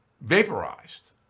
vaporized